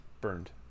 burned